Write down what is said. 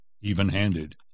even-handed